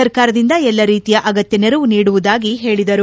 ಸರ್ಕಾರದಿಂದ ಎಲ್ಲ ರೀತಿಯ ಅಗತ್ತ ನೆರವು ನೀಡುವುದಾಗಿ ಹೇಳಿದರು